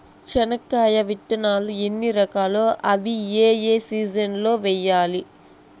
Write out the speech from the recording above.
చెనక్కాయ విత్తనాలు ఎన్ని రకాలు? అవి ఏ ఏ సీజన్లలో వేయాలి?